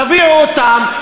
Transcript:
תביאו אותם,